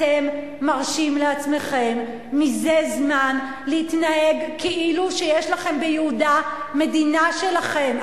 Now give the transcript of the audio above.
אתם מרשים לעצמכם מזה זמן להתנהג כאילו שיש לכם ביהודה מדינה שלכם.